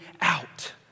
out